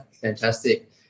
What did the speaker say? Fantastic